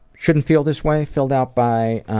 shouldn't feel this way, filled out by.